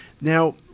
Now